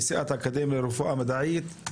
נשיאת האקדמיה לרפואה מדעית,